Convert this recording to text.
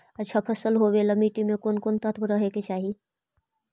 अच्छा फसल होबे ल मट्टी में कोन कोन तत्त्व रहे के चाही?